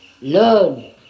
learn